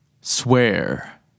swear